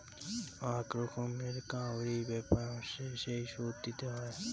আক রকমের কাউরি ব্যাপার হসে যেই সুদ দিতে হই